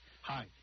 Hi